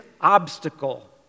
obstacle